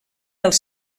els